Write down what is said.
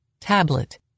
tablet